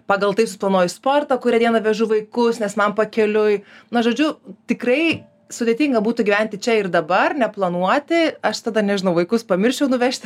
pagal tai suplanuoju sportą kurią dieną vežu vaikus nes man pakeliui na žodžiu tikrai sudėtinga būtų gyventi čia ir dabar neplanuoti aš tada nežinau vaikus pamirščiau nuvežti